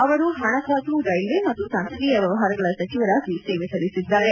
ಅವರು ಹಣಕಾಸು ರೈಲ್ವೆ ಮತ್ತು ಸಂಸದೀಯ ವ್ಯವಹಾರಗಳ ಸಚಿವರಾಗಿ ಸೇವೆ ಸಲ್ಲಿಸಿದ್ದಾರೆ